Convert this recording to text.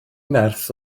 nerth